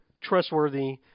trustworthy